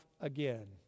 again